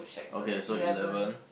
okay so eleven